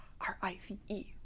R-I-C-E